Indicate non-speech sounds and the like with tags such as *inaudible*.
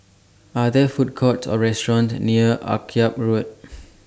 Are There Food Courts Or restaurants near Akyab Road *noise*